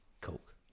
coke